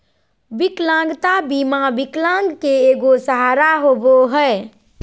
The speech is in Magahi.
विकलांगता बीमा विकलांग के एगो सहारा होबो हइ